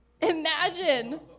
Imagine